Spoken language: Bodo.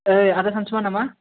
ओय आदा सानसुमा नामा